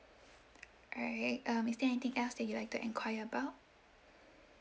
alright um is there anything else that you'll like to enquire about